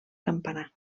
campanar